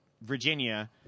Virginia